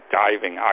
diving